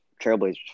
Trailblazers